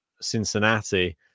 Cincinnati